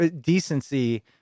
decency